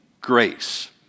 grace